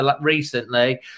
recently